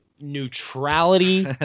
Neutrality